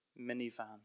minivan